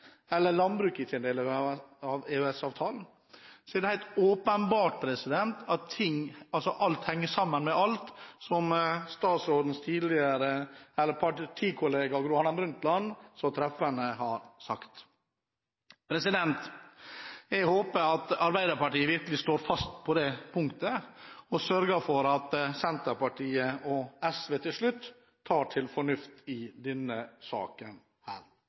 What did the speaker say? er det helt åpenbart at alt henger sammen med alt, som utenriksministerens tidligere partikollega Gro Harlem Brundtland så treffende har sagt. Jeg håper at Arbeiderpartiet virkelig står fast på det punktet og sørger for at Senterpartiet og SV til slutt tar til fornuft i denne saken.